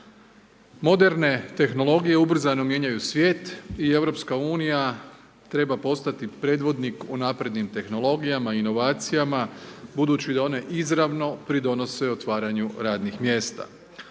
Moderne tehnologije ubrzano mijenjaju svijet i EU treba postati prethodnih u naprednim tehnologijama i inovacijama, budući da one izravno pridonose otvaranje radnih mjesta.